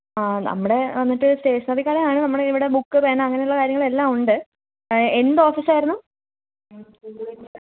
ആ നമ്മുടെ വന്നിട്ട് സ്റ്റേഷ്നറിക്കടയാണ് നമ്മുടെ ഇവിടെ ബുക്ക് പേനാ അങ്ങനെയുള്ള കാര്യങ്ങളെല്ലാം ഉണ്ട് എന്ത് ഓഫീസ് ആയിരുന്നു